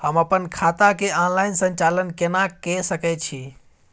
हम अपन खाता के ऑनलाइन संचालन केना के सकै छी?